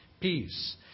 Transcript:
peace